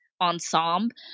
ensemble